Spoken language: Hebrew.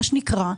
מה שנקרא,